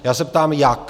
Já se ptám jak?